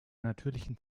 natürlichen